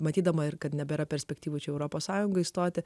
matydama ir kad nebėra perspektyvos europos sąjungą įstoti